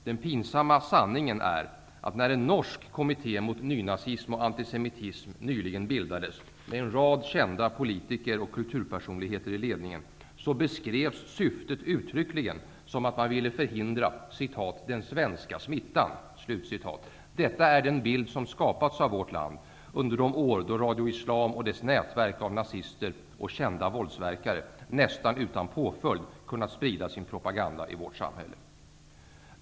Den pinsamma sanningen är att när en norsk kommitté mot nynazism och antisemitism nyligen bildades -- med en rad kända politiker och kulturpersonligheter i ledningen -- beskrevs syftet uttryckligen som att man ville förhindra ''den svenska smittan''. Detta är den bild som skapats av vårt land under de år då Radio Islam och dess nätverk av nazister och kända våldsverkare nästan utan påföljd kunnat sprida sin propaganda i vårt samhälle.